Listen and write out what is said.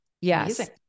yes